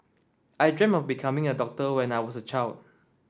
I dreamt of becoming a doctor when I was a child